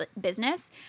business